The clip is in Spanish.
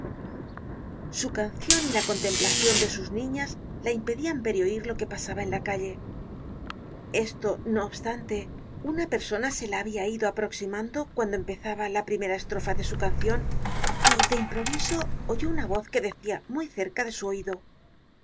su cancion y la contemplacion de sus niñas la impedian ver y oir lo que pasaba en la calle esto no obstante una persona se la habia ido aproximando cuando empezaba la primera estrofa de su cancion y de improviso oyó una voz que decia muy cerca de su oido